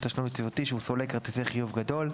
תשלום יציבותי שהוא סולק כרטיסי חיוב גדול".